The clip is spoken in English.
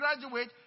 graduate